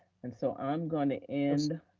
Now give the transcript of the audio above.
and so i'm gonna end.